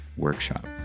workshop